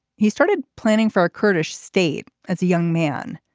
he started planning for a kurdish state as a young man.